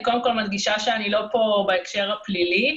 אני קודם כל מדגישה שאני לא כאן בהקשר הפלילי.